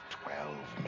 twelve